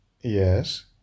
Yes